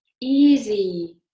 easy